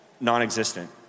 non-existent